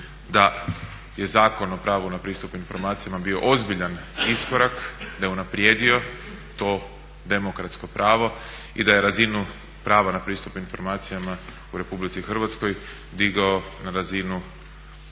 da je Zakon o pravu na pristup informacijama bio ozbiljan iskorak, da je unaprijedio to demokratsko pravo i da je razinu prava na pristup informacijama u Republici Hrvatskoj digao na razinu